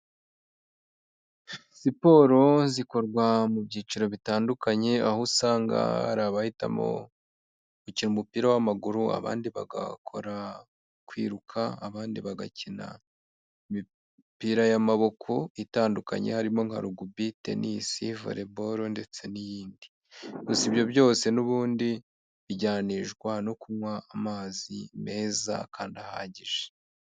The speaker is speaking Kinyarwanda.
Siporo zikorwa mu byiciro bitandukanye aho usanga hari abahitamo gukina umupira w'amaguru abandi bagakora kwiruka abandi bagakina imipira y'amaboko itandukanye harimo nka rugb, tennis, volleyball ndetse n'iyindi gusa ibyo byose n'ubundi ijyanishwa no kunywa amazi meza kandi ahagije.